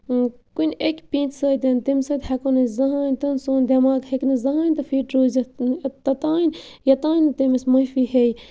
کُنہِ اَکہِ پینٛتہِ سۭتۍ تَمہِ سۭتۍ ہٮ۪کو نہٕ أسۍ زٕہٕنۍ تہِ سون دٮ۪ماغ ہیٚکہِ نہٕ زٕہٕنۍ تہِ فِٹ روٗزِتھ توٚتام یوٚتام نہٕ تٔمِس معٲفی ہیٚیہِ